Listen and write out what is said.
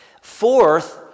Fourth